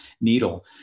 needle